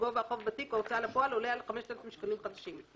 גובה החוב בתיק ההוצאה לפועל עולה על 5,000 שקלים חדשים.